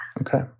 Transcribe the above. Okay